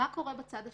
מה קורה בצד השני?